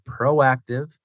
proactive